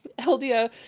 Eldia